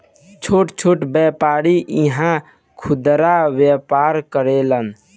छोट छोट व्यापारी इहा खुदरा व्यापार करेलन